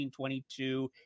1922